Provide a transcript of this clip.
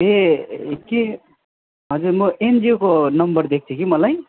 ए के हजुर म एनजिओको नम्बर दिएको थियो कि मलाई